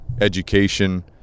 education